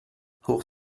hoch